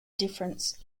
difference